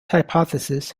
hypothesis